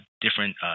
different